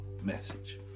message